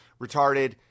retarded